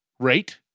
Rate